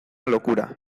locura